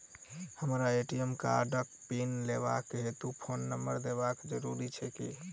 हमरा ए.टी.एम कार्डक पिन लेबाक हेतु फोन नम्बर देबाक जरूरी छै की?